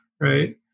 Right